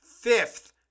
fifth